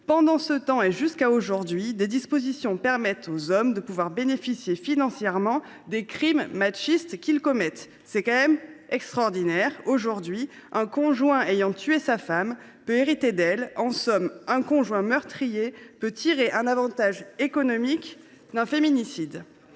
Pendant ce temps, et jusqu’à aujourd’hui, des dispositions permettent aux hommes de bénéficier, financièrement, des crimes machistes qu’ils commettent. C’est quand même extraordinaire ! Aujourd’hui, un conjoint ayant tué sa femme peut hériter d’elle. En somme, un conjoint meurtrier peut tirer un avantage économique d’un féminicide